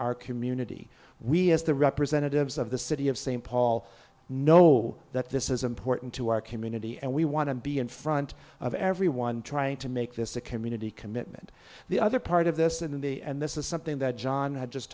our community we as the representatives of the city of st paul know that this is important to our community and we want to be in front of everyone trying to make this a community commitment the other part of this in the end this is something that john had just